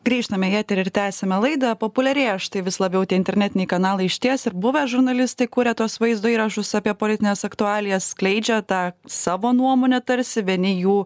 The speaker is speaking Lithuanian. grįžtame į eterį ir tęsiame laidą populiarėja štai vis labiau tie internetiniai kanalai išties ir buvę žurnalistai kuria tuos vaizdo įrašus apie politines aktualijas skleidžia tą savo nuomonę tarsi vieni jų